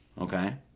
okay